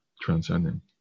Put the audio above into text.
transcending